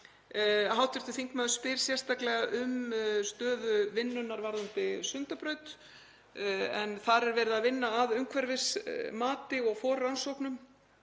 Hv. þingmaður spyr sérstaklega um stöðu vinnunnar varðandi Sundabraut. Þar er verið að vinna að umhverfismati og forrannsóknum